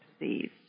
disease